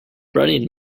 running